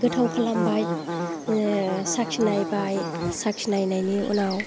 गोथाव खालामबाय साखिनायबाय साखिनायनायनि उनाव